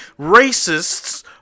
racists